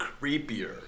creepier